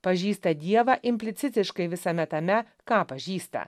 pažįsta dievą implicitiškai visame tame ką pažįsta